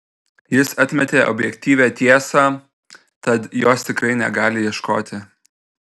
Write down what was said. jis atmetė objektyvią tiesą tad jos tikrai negali ieškoti